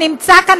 שנמצא כאן,